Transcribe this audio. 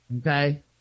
okay